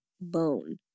bone